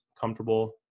comfortable